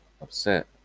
upset